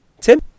Tim